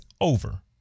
over